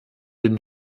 den